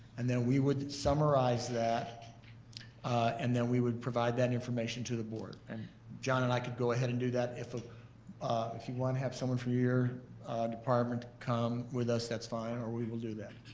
and then we would summarize that and then we would provide that information to the board, and john and i can go ahead and do that. if ah if you wanna have someone from your department come with us, that's fine, or we will do that.